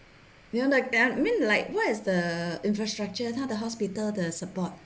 I mean like what is the infrastructure 他的 hospital 的 support